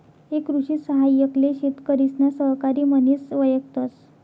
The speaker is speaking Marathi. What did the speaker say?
एक कृषि सहाय्यक ले शेतकरिसना सहकारी म्हनिस वयकतस